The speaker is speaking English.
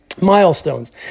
milestones